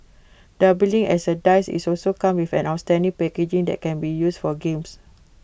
doubling as A dice IT also come with an outstanding packaging that can be used for games